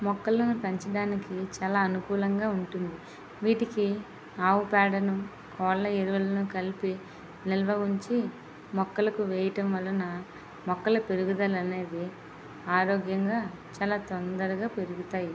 మొక్కలను పెంచడానికి చాలా అనుకూలంగా ఉంటుంది వీటికి ఆవుపేడను కోళ్ళ ఎరువులను కలిపి నిల్వ ఉంచి మొక్కలకు వేయడం వలన మొక్కల పెరుగుదల అనేది ఆరోగ్యాంగా చాలా తొందరగా పెరుగుతాయి